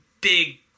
big